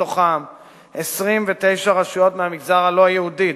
מתוכן 29 רשויות מהמגזר הלא-יהודי,